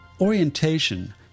Orientation